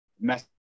mess